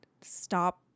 stop